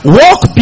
walk